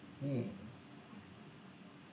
mm